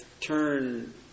turn